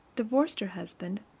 divorced her husband,